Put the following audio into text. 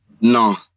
No